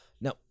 Now